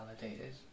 validated